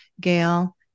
Gail